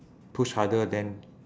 push harder then